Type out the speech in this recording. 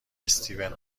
استیون